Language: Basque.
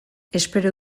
espero